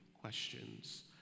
questions